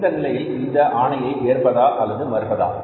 இந்நிலையில் இந்த இந்த ஆணையை ஏற்பதா அல்லது மறுப்பதா